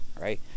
right